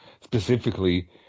specifically